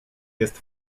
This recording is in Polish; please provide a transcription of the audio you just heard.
jest